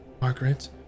Margaret